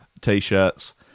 t-shirts